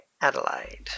Adelaide